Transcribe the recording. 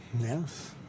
Yes